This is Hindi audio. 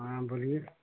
हाँ बोलिए